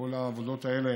כל העבודות האלה